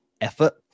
effort